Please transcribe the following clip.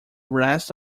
rest